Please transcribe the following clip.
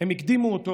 הם הקדימו אותו,